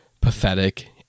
pathetic